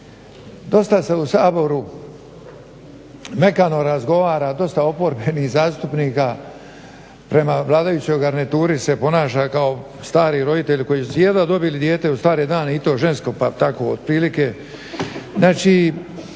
Dosta se u Saboru mekano razgovara, dosta oporbenih zastupnika prema vladajućoj garnituri se ponaša kao stari roditelji koji su jedva dobili dijete u stare dane i to žensko pa tako otprilike.